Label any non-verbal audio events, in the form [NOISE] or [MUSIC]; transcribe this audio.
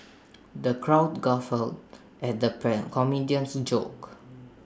the crowd guffawed at the [UNINTELLIGIBLE] comedian's jokes